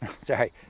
sorry